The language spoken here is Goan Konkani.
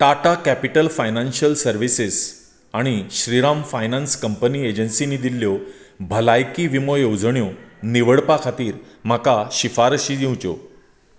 टाटा कॅपिटल फायनान्शियल सर्विसेस आनी श्रीराम फायनान्स कंपनी एजन्सीनी दिल्ल्यो भलायकी विमो येवजण्यो निवडपा खातीर म्हाका शिफारशी दिवच्यो